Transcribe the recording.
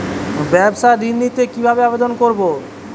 ব্যাবসা ঋণ নিতে কিভাবে আবেদন করব?